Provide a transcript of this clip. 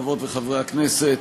חברות וחברי הכנסת,